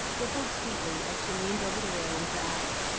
rippled sweetly as she leaned over the railing to ask,